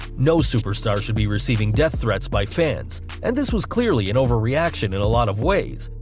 no superstar should be receiving death threats by fans and this was clearly an overreaction in a lot of ways,